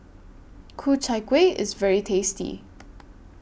Ku Chai Kueh IS very tasty